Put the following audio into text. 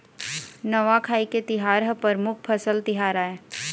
नवाखाई के तिहार ह परमुख फसल तिहार आय